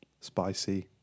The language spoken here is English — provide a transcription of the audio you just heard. spicy